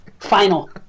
Final